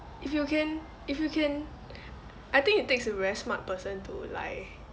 if you can if you can I think it takes a very smart person to lie